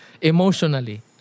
emotionally